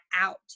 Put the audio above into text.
out